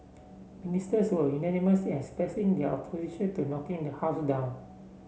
ministers were unanimous as expressing their opposition to knocking the house down